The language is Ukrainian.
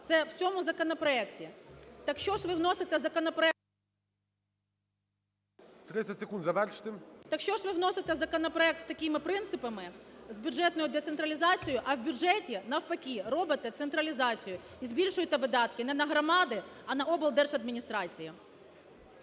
завершити. ОСТРІКОВА Т.Г. Так що ж ви вносите законопроект з такими принципами, з бюджетною децентралізацією, а в бюджеті, навпаки, робите централізацію і збільшуєте видатки не на громади, а на облдержадміністрації?